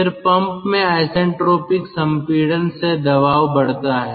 फिर पंप में आईसेंट्रोपिक संपीड़न से दबाव बढ़ता है